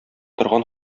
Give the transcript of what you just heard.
торган